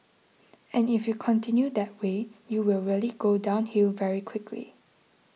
and if you continue that way you will really go downhill very quickly